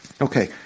Okay